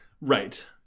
Right